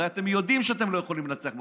הרי אתם יודעים שאתם לא יכולים לנצח בבחירות.